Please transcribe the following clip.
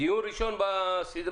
דיון ראשון בסדרה.